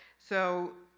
so,